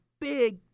big